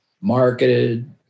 marketed